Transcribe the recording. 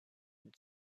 une